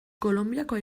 kolonbiakoa